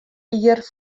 jier